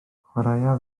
chwaraea